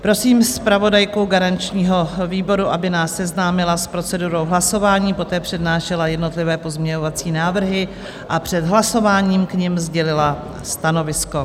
Prosím zpravodajku garančního výboru, aby nás seznámila s procedurou hlasování, poté přednášela jednotlivé pozměňovací návrhy a před hlasováním k nim sdělila stanovisko.